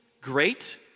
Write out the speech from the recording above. great